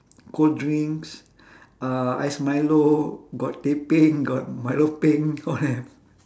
cold drinks uh ice milo got teh peng got milo peng all have